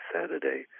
Saturday